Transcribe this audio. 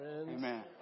Amen